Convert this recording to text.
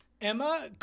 Emma